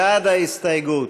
בעד ההסתייגות,